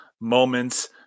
moments